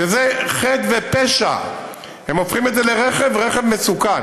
וזה חטא ופשע, הם הופכים את זה לרכב, רכב מסוכן.